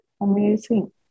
amazing